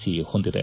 C ಹೊಂದಿದೆ